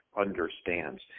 understands